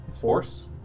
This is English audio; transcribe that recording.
Force